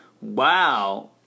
Wow